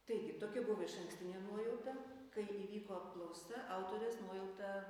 taigi tokia buvo išankstinė nuojauta kai įvyko apklausa autorės nuojauta